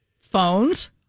Phones